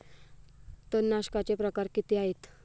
तणनाशकाचे प्रकार किती आहेत?